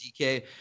DK